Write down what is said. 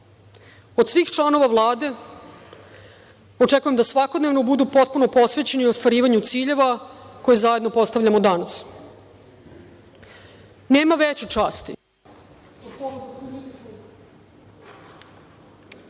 svih članova Vlade očekujem da svakodnevno budu potpuno posvećeni u ostvarivanju ciljeva koje zajedno postavljamo danas. Nema veće časti,